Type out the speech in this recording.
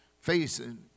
facing